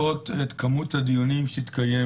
זה המינימום של המינימום, אמרנו שזאת המדרגה